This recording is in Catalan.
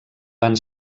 van